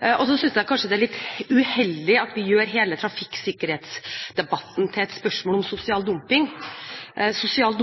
Jeg synes også at det kanskje er litt uheldig at vi gjør hele trafikksikkerhetsdebatten til et spørsmål om sosial dumping. Sosial